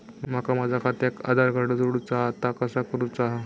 माका माझा खात्याक आधार कार्ड जोडूचा हा ता कसा करुचा हा?